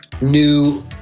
new